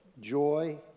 joy